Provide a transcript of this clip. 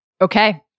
Okay